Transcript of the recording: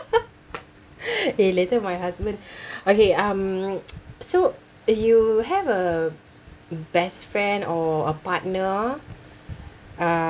eh later my husband okay um so you have a best friend or a partner uh